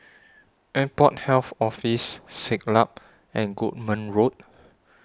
Airport Health Office Siglap and Goodman Road